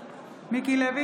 אינו נוכח אורלי לוי